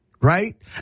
right